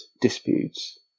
disputes